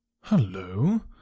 Hello